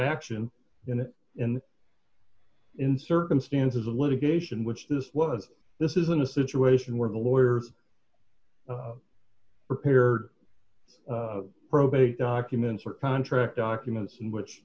action in it and in circumstances of litigation which this was this isn't a situation where the lawyers prepared probate documents or contract documents in which